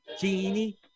genie